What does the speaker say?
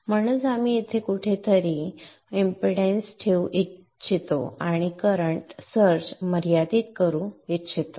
म्हणून आपण येथे कुठेतरी मालिका इंपॅडन्स ठेवू इच्छितो आणि करंट सर्ज मर्यादित करू इच्छितो